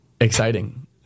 exciting